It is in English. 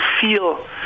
feel